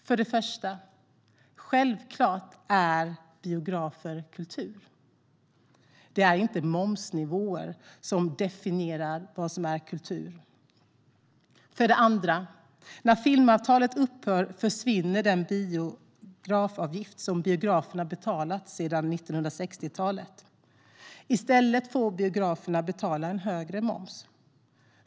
För det första: Självklart är biografer kultur. Det är inte momsnivåer som definierar vad som är kultur. För det andra: När filmavtalet upphör försvinner den biografavgift som biograferna har betalat sedan 1960-talet. I stället får biograferna betala en högre moms.